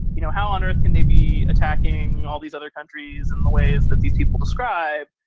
you know how on earth can they be attacking all these other countries in the ways that these people describe?